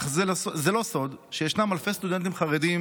אך זה לא סוד שישנם אלפי סטודנטים חרדים